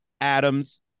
Adams